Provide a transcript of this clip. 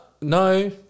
No